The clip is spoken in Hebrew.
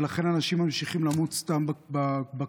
ולכן אנשים ממשיכים למות סתם בכבישים.